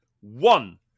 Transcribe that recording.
one